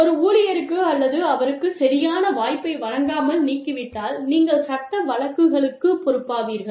ஒரு ஊழியருக்கு அல்லது அவருக்குச் சரியான வாய்ப்பை வழங்காமல் நீக்கிவிட்டால் நீங்கள் சட்ட வழக்குகளுக்குப் பொறுப்பாவீர்கள்